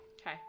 Okay